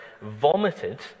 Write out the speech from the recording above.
vomited